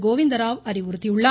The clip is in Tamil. கோவிந்தராவ் அறிவுறுத்தியுள்ளார்